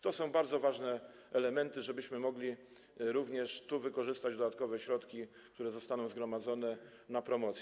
To są bardzo ważne elementy, abyśmy mogli również wykorzystać dodatkowe środki, które zostaną zgromadzone na promocję.